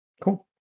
Cool